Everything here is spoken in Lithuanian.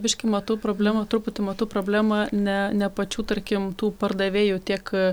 biškį matau problemą truputį matau problemą ne ne pačių tarkim tų pardavėjų tiek